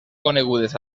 conegudes